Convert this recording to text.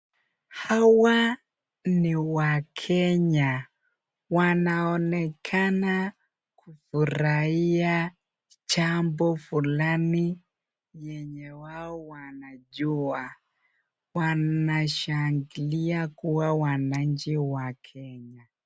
Hawa ni wakenya, wanaonekana kufurahia jambo fulani yenye wao wanajua, wanashangilia kuwa wananchi wa Kenya.